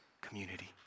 community